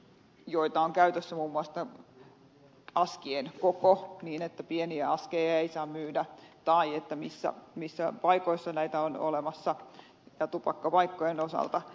käytössä on muun muassa askien koko niin että pieniä askeja ei saa myydä ja että missä paikoissa näitä on olemassa ja tupakkapaikkojen osalta